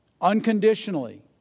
Unconditionally